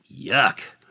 yuck